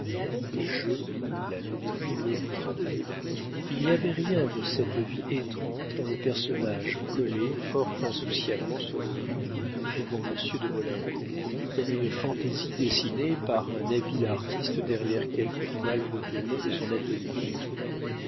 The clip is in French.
le jeu la loterie ou le vin il n'y avait rien de cette vie étrange dans le personnage collé fort insouciamment sur le mur devant monsieur de maulincour comme une fantaisie dessinée par un habile artiste derrière quelque toile retournée de son atelier